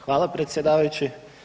Hvala predsjedavajući.